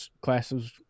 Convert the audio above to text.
classes